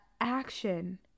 action